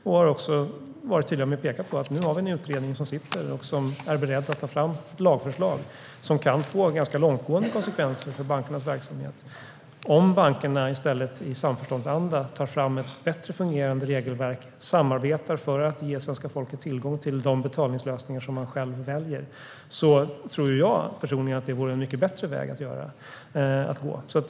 Vi har också varit tydliga med att peka på att vi nu har en utredning som är beredd att ta fram lagförslag som kan få ganska långtgående konsekvenser för bankernas verksamhet. Om bankerna i stället i samförstånd tar fram ett bättre fungerande regelverk och samarbetar för att ge svenska folket tillgång till de betalningslösningar människorna själva väljer tror jag personligen att det vore en mycket bättre väg att gå.